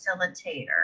facilitator